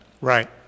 Right